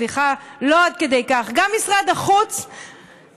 סליחה, לא עד כדי כך, גם משרד החוץ קורס.